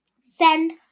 Send